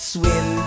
Swim